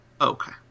Okay